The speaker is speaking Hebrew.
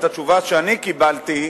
להקריא את התשובה שאני קיבלתי,